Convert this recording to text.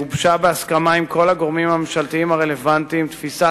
גובשה בהסכמה עם כל הגורמים הממשלתיים הרלוונטיים תפיסת